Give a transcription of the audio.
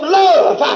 love